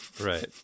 Right